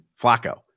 Flacco